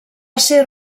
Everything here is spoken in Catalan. ser